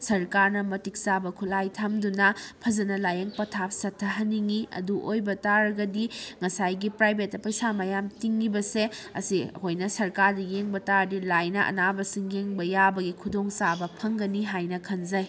ꯁꯔꯀꯥꯔꯅ ꯃꯇꯤꯛ ꯆꯥꯕ ꯈꯨꯠꯂꯥꯏ ꯊꯝꯗꯨꯅ ꯐꯖꯟꯅ ꯂꯥꯏꯌꯦꯡ ꯄꯊꯥꯞ ꯆꯠꯊꯍꯟꯅꯤꯡꯉꯤ ꯑꯗꯨ ꯑꯣꯏꯕꯇꯔꯒꯗꯤ ꯉꯁꯥꯏꯒꯤ ꯄꯔꯥꯏꯕꯦꯠꯇ ꯄꯩꯁꯥ ꯃꯌꯥꯝ ꯇꯤꯡꯏꯕꯁꯦ ꯑꯁꯤ ꯑꯩꯈꯣꯏꯅ ꯁꯔꯀꯥꯔꯗ ꯌꯦꯡꯕꯇꯥꯔꯗꯤ ꯂꯥꯏꯅ ꯑꯅꯥꯕꯁꯤꯡ ꯌꯦꯡꯕ ꯌꯥꯕꯒꯤ ꯈꯨꯗꯣꯡꯆꯥꯕ ꯐꯪꯒꯅꯤ ꯍꯥꯏꯅ ꯈꯟꯖꯩ